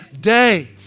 day